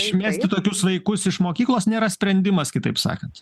išmesti tokius vaikus iš mokyklos nėra sprendimas kitaip sakant